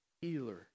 healer